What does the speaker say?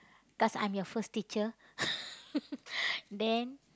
cause I'm your first teacher then